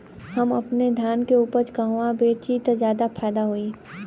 हम अपने धान के उपज कहवा बेंचि त ज्यादा फैदा होई?